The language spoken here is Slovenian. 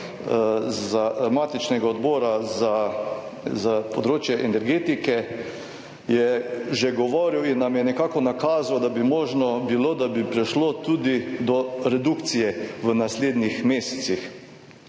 seji matičnega odbora za področje energetike je že govoril in nam je nekako nakazal, da bi možno bilo, da bi prišlo tudi do redukcije v naslednjih mesecih.